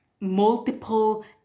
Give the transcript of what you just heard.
multiple